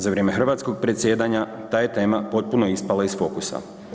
Za vrijeme hrvatskog predsjedanja ta je tema potpuno ispala iz fokusa.